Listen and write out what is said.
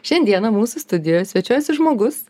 šiandieną mūsų studijoj svečiuojasi žmogus